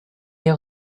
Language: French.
est